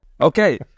Okay